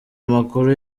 amakuru